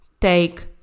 Take